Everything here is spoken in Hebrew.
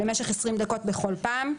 למשך עשרים דקות בכל פעם.